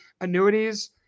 annuities